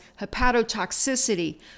hepatotoxicity